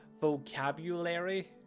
vocabulary